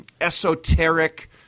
esoteric